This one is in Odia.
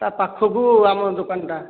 ତା ପାଖକୁ ଆମ ଦୋକାନଟା